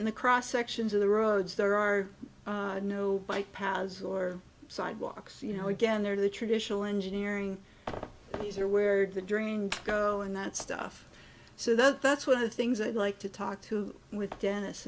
in the cross sections of the roads there are no bike paths or sidewalks you know again they're the traditional engineering these are where the dream go and that stuff so that's one of the things i'd like to talk to with dennis